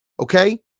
Okay